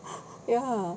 ya